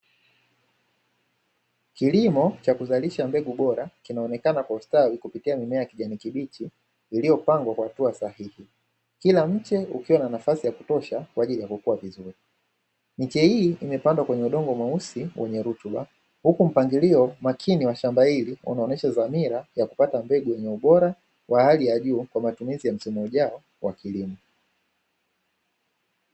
Kilimo cha kuzalisha mbegu bora, kinaonekana kustawi kupitia mimea ya kijani kibichi iliyopangwa kwa hatua sahihi, kila mche ukiwa na nafasi ya kutosha kwa ajili ya kukua vizuri. Miche hii imepandwa kwenye udongo mweusi wenye rutuba, huku mpangilio makini wa shamba hili unaonyesha dhamira ya kupata mbegu yenye ubora wa hali ya juu, kwa matumizi ya msimu ujao wa kilimo.